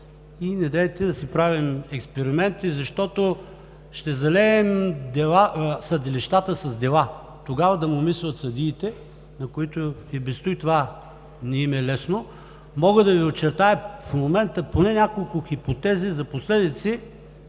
и недейте да си правим експерименти, защото ще залеем съдилищата с дела. Тогава да му мислят съдиите, на които и без това не им е лесно. Мога да Ви очертая в момента поне няколко хипотези за последици,